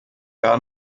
gar